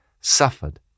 suffered